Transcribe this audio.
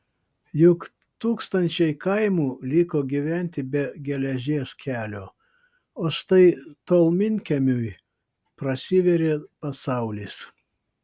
juk tūkstančiai kaimų liko gyventi be geležies kelio o štai tolminkiemiui prasivėrė pasaulis